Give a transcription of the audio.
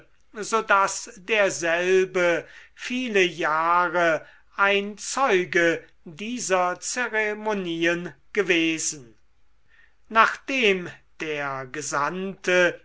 so daß derselbe viele jahre ein zeuge dieser zeremonien gewesen nachdem der gesandte